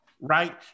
right